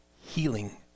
healing